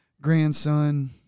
grandson –